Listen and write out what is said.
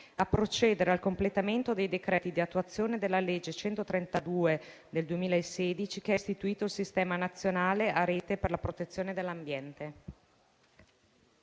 a procedere al completamento dei decreti di attuazione della legge n. 132 del 2016, che ha istituito il Sistema nazionale a rete per la protezione dell'ambiente.